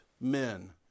men